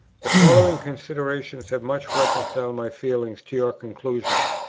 the following considerations have much reconciled my feelings to your conclusion.